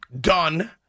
Done